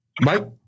Mike